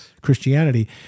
Christianity